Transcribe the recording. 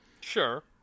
sure